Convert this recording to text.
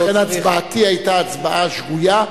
לכן הצבעתי היתה הצבעה שגויה,